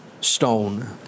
stone